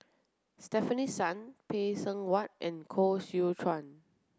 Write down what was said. Stefanie Sun Phay Seng Whatt and Koh Seow Chuan